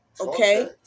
Okay